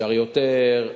אפשר יותר,